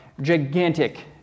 gigantic